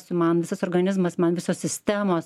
reaguosiu visas organizmas man visos sistemos